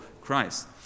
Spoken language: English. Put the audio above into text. Christ